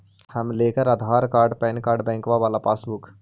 हम लेकर Aadhaar card PAN card बैंकवा वाला पासबुक?